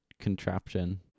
contraption